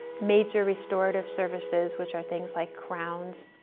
major restorative services which are things like crowns,